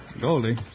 Goldie